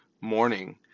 morning